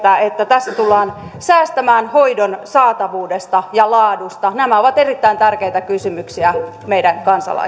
tässä tullaan säästämään hoidon saatavuudesta ja laadusta nämä ovat erittäin tärkeitä kysymyksiä meidän